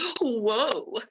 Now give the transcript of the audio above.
Whoa